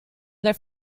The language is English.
their